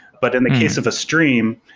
but in the case of a stream,